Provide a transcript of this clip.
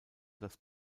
das